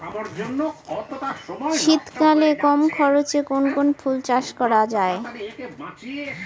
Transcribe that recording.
শীতকালে কম খরচে কোন কোন ফুল চাষ করা য়ায়?